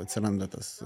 atsiranda tas